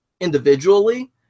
individually